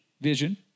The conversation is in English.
vision